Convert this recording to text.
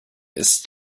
ist